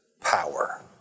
power